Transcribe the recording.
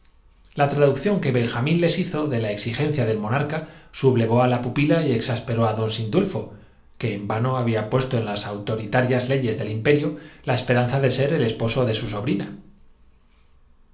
la traducción que benjamín les hizo de la exigencia del monarca sublevó á la pupila y exasperó á don sindul entre tanto el emperador organizaba con su minis fo que en vano había puesto en las autoritarias leyes tro la manera de desembarazarse de los embaucado del imperio la esperanza de ser el esposo de su